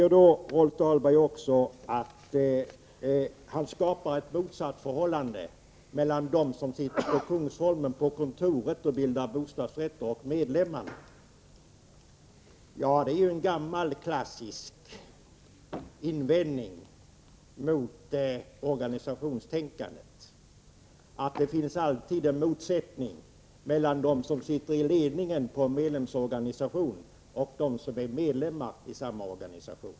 Rolf Dahlberg försöker skapa ett motsatsförhållande mellan dem som sitter i produktionsrollen på kontoren och bildar bostadsrätter och medlemmarna. Det är en klassisk invändning mot organisationstänkandet att det alltid finns en motsättning mellan dem som sitter i ledningen för en medlemsorganisation och medlemmarna.